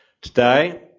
Today